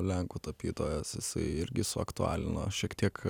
lenkų tapytojas jisai irgi suaktualino šiek tiek